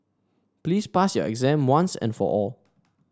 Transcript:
please pass your exam once and for all